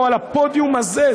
פה על הפודיום הזה.